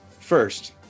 First